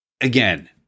Again